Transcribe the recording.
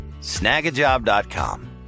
snagajob.com